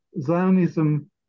Zionism